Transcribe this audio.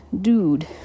dude